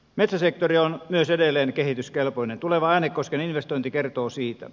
metsäsektori on myös edelleen kehityskelpoinen tuleva äänekosken investointi kertoo siitä